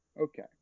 Okay